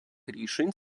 рішень